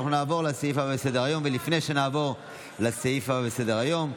אנחנו נעבור לסעיף הבא בסדר-היום,